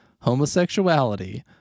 homosexuality